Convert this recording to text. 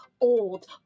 old